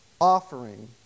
offering